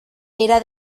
era